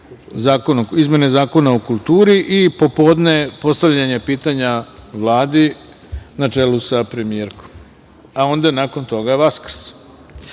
izmene Zakona o kulturi i popodne postavljanje pitanja Vladi, na čelu sa premijerkom, a onda nakon toga Vaskrs. Zbog